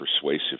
persuasive